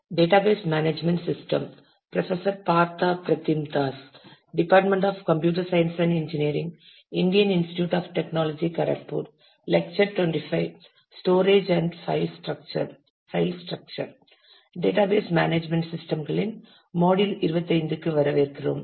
database management சிஸ்டம்களின் module 25 க்கு வரவேற்கிறோம்